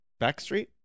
Backstreet